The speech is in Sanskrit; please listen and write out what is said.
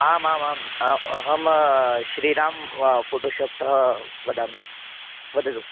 आमामाम् अहम श्रीरां वा फ़ोटोशोप् तः वदामि वदतु